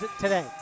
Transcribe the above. today